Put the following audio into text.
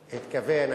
התכוון,